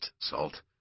salt